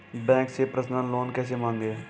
Bank से personal loan कैसे मांगें?